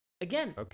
Again